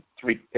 three